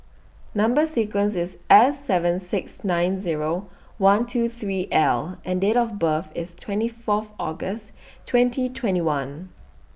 Number sequence IS S seven six nine Zero one two three L and Date of birth IS twenty Fourth August twenty twenty one